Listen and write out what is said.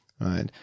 right